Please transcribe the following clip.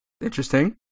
Interesting